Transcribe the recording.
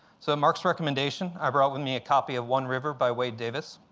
so on mark's recommendation, i brought with me a copy of one river by wade davis.